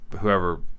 whoever